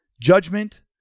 judgment